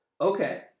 Okay